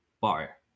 bar